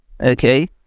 Okay